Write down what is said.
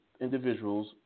individuals